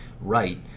right